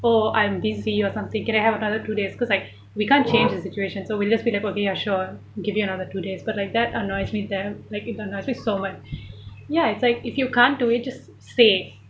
oh I am busy or something can I have another two days because like we can't change the situation so we just say ya sure give you another two days but like that annoys me that like even I say so much ya it's like if you can't do it just say